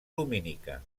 lumínica